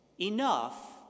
enough